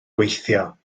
gweithio